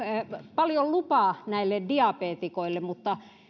paljon lupaa diabeetikoille mutta